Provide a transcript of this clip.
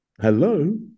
Hello